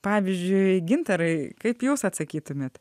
pavyzdžiui gintarai kaip jūs atsakytumėt